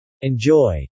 Enjoy